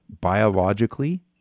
biologically